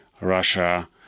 Russia